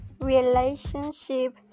relationship